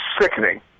sickening